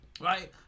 Right